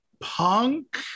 punk